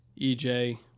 EJ